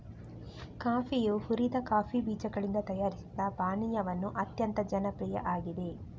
ಕಾಫಿಯು ಹುರಿದ ಕಾಫಿ ಬೀಜಗಳಿಂದ ತಯಾರಿಸಿದ ಪಾನೀಯವಾಗಿದ್ದು ಅತ್ಯಂತ ಜನಪ್ರಿಯ ಆಗಿದೆ